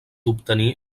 obtenir